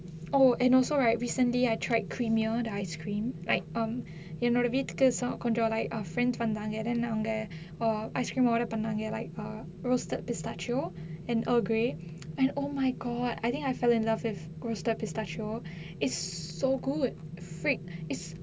oh and also right recently I tried creamier the ice cream like um என்னோட வீட்டுக்கு ச~ கொஞ்சோ:ennoda veettukku sa~ konjo like friends வந்தாங்க:vanthaanga then அவங்க:avanga err ice cream order பண்ணாங்க:pannaanga like err roasted pistachio and earl grey and oh my god I think I fell in love with roasted pistachio is so good freak is